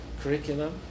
curriculum